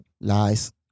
Lies